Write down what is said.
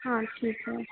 हाँ ठीक है